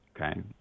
Okay